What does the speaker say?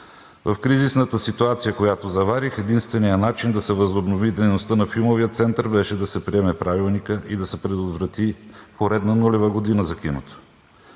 В кризисната ситуация, която заварих, единственият начин да се възобнови дейността на Филмовия център беше да се приеме Правилника и да се предотврати поредна нулева година за киното.